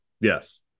Yes